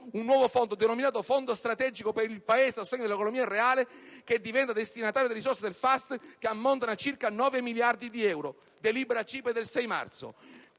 un nuovo fondo, denominato "Fondo strategico per il Paese a sostegno dell'economia reale" che diventa destinatario delle risorse FAS, che ammontano a circa 9 miliardi di euro (delibera CIPE del 6 marzo).